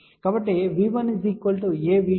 మరియు I1 అంటే ఏమిటి